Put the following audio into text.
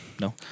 No